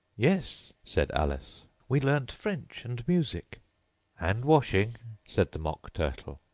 yes, said alice, we learned french and music and washing said the mock turtle.